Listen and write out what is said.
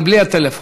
אבל בלי הטלפון.